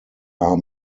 are